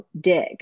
dig